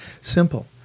Simple